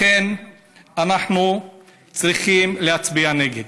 אנחנו צריכים להצביע נגד.